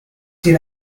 did